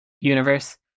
universe